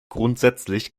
grundsätzlich